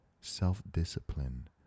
self-discipline